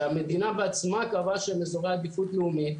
שהמדינה בעצמה קבעה שהם אזורי עדיפות לאומית.